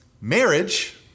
marriage